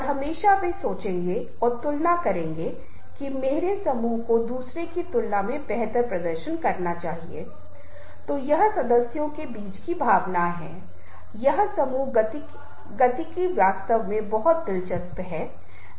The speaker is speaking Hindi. अब हमारे संगठन समाज में हमारी प्रणाली में दूसरे प्रकार के नेता के पास आना विद्वान कहते हैं कि इन्हें सामाजिक भावनात्मक नेता कहा जाता है